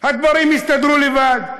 הדברים יסתדרו לבד.